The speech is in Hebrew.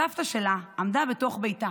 שסבתא שלה עמדה בתוך ביתה